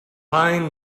fine